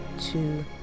two